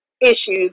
issues